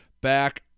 back